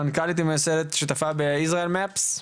מנכ"לית ומייסדת שותפה ב-MAPS ישראל.